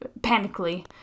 panically